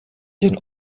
den